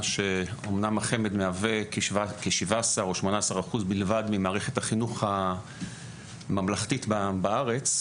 שאמנם החמ"ד מהווה כ- 17% או 18% בלבד ממערכת החינוך הממלכתית בארץ,